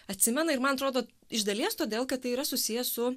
atsimena ir man atrodo iš dalies todėl kad tai yra susiję su